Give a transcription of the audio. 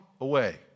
away